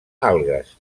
algues